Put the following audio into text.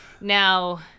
Now